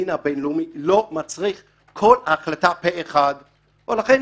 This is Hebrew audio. הדין הבינלאומי לא מצריך כל החלטה פה-אחד ולכן,